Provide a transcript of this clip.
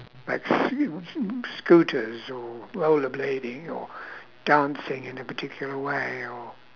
like s~ scooters or rollerblading or dancing in a particular way or